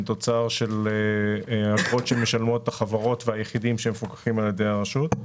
תוצר של אגרות שמשלמות החברות והיחידים שמפוקחים על ידי הרשות.